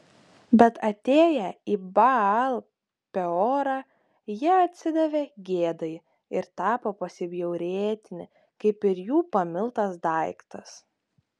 bet atėję į baal peorą jie atsidavė gėdai ir tapo pasibjaurėtini kaip ir jų pamiltas daiktas